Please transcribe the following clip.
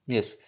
Yes